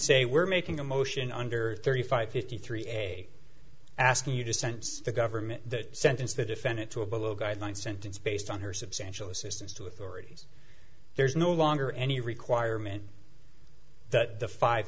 say we're making a motion under thirty five fifty three a asking you to sense the government that sentence the defendant to a below guideline sentence based on her substantial assistance to authorities there's no longer any requirement that the five